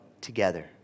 together